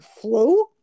flu